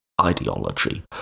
ideology